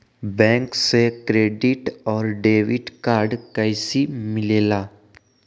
Bank से credit और debit card कैसी मिलेला?